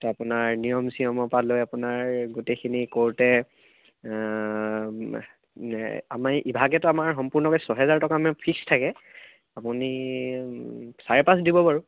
তো আপোনাৰ নিয়ম চিয়মৰ পাৰা লৈ আপোনাৰ গোটেইখিনি কৰোঁতে ইভাগে আমাৰ সম্পূৰ্ণভাৱে ছহেজাৰ আমাৰ ফিক্স থাকে আপুনি চাৰে পাঁচ দিব বাৰু